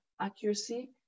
accuracy